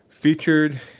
Featured